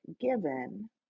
given